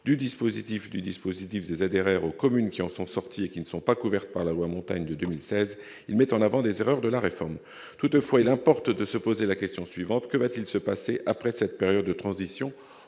du dispositif du dispositif des intérêts aux communes qui en sont sortis et qui ne sont pas couverts par la loi montagne de 2016, il met en avant des erreurs de la réforme, toutefois, il importe de se poser la question suivante : que va-t-il se passer après cette période de transition